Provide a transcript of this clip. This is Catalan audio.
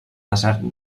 desert